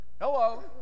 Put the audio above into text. Hello